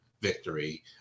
victory